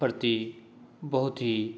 प्रति बहुत ही